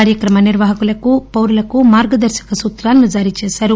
కార్యక్రమ నిర్వాహకులకు పౌరులకు మార్గదర్శక సూత్రాలను జారీచేసారు